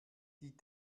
die